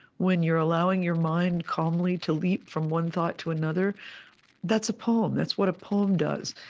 when you're allowing your mind calmly to leap from one thought to another that's a poem. that's what a poem does.